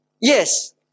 yes